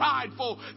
prideful